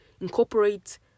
incorporate